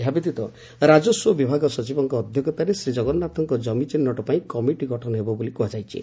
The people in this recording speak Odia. ଏହା ବ୍ୟତୀତ ରାଜସ୍ୱ ବିଭାଗ ସଚିବଙ୍କ ଅଧ୍ଧକ୍ଷତାରେ ଶ୍ରୀକଗନ୍ନାଥଙ୍କ ଜମି ଚିହ୍ବଟ ପାଇଁ କମିଟି ଗଠନ ହେବ ବୋଲି କୁହାଯାଇଛି